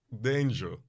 Danger